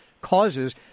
causes